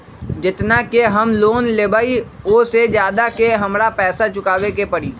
जेतना के हम लोन लेबई ओ से ज्यादा के हमरा पैसा चुकाबे के परी?